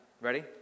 Ready